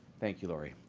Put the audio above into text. thank you, lori.